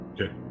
Okay